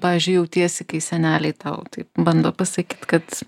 pavyzdžiui jautiesi kai seneliai tau taip bando pasakyt kad